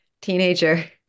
teenager